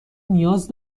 نیاز